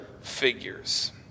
figures